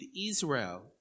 Israel